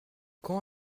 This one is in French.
quand